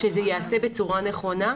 שזה ייעשה בצורה נכונה,